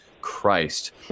Christ